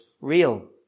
real